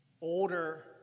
older